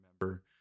remember